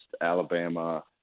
Alabama